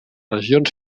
regions